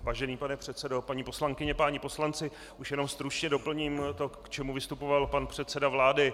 Vážený pane předsedo, paní poslankyně, páni poslanci, už jenom stručně doplním to, k čemu vystupoval pan předseda vlády.